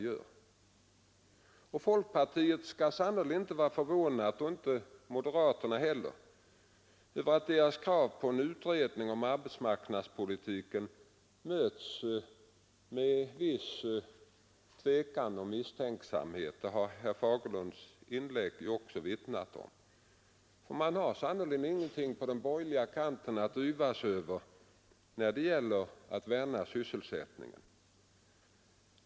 Man skall inom folkpartiet — och det gäller även moderata samlingspartiet — sannerligen inte vara förvånad över att kravet på en utredning om arbetsmarknadspolitiken möts med en viss tvekan och misstänksamhet — även herr Fagerlund var inne på det. Man har på den borgerliga kanten sannerligen ingenting att yvas över då det gäller att värna sysselsättningen.